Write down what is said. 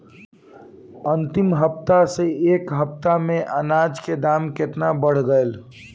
अंतिम हफ्ता से ए हफ्ता मे अनाज के दाम केतना बढ़ गएल?